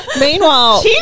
Meanwhile